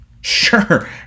Sure